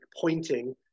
pointing